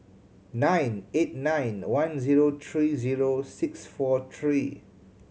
nine eight nine one zero three zero six four three